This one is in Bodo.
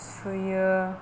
सुयो